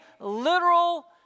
literal